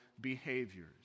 behaviors